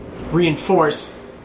reinforce